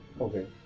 Okay